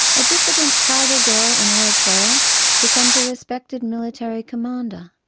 a diffident tribal girl in eritrea becomes a respected military commander.